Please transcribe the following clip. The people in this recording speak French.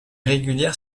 régulière